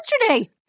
yesterday